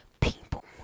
people